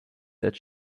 that